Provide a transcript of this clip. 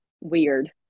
weird